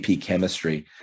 chemistry